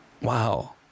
Wow